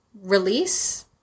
release